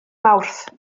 mawrth